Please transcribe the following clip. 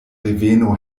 reveno